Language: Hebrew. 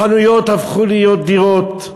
חנויות הפכו להיות דירות,